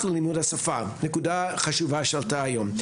ללימוד השפה נקודה חשובה שעלתה היום.